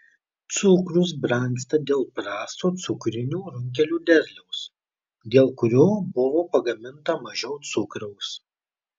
cukrus brangsta dėl prasto cukrinių runkelių derliaus dėl kurio buvo pagaminta mažiau cukraus